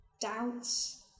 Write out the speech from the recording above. Doubts